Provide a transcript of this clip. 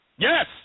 Yes